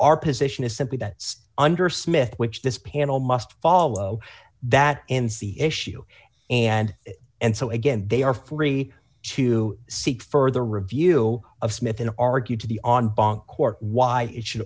our position is simply that it's under smith which this panel must follow that ends the issue and and so again they are free to seek further review of smith and argue to the on bank court why it should